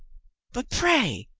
but, pray,